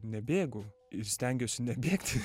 nebėgu ir stengiuosi nebėgti